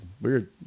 weird